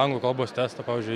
anglų kalbos testą pavyzdžiui